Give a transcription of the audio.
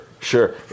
Sure